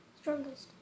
Strongest